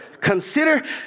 consider